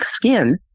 skin